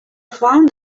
find